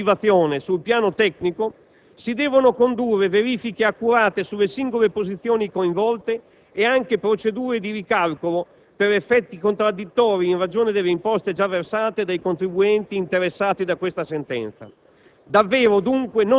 ad ulteriore motivazione, sul piano tecnico si devono condurre verifiche accurate sulle singole posizioni coinvolte ed anche procedure di ricalcolo per effetti contraddittori in ragione delle imposte già versate dai contribuenti interessati da questa sentenza.